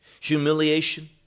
humiliation